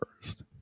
first